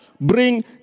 bring